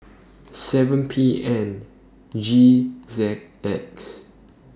seven P N G Z X